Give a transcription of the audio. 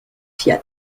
fiat